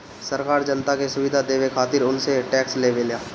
सरकार जनता के सुविधा देवे खातिर उनसे टेक्स लेवेला